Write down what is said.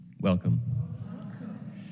Welcome